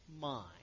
mind